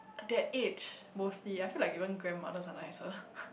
that age mostly I feel like even grandmothers are nicer